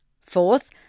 Fourth